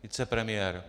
Vicepremiér?